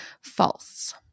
False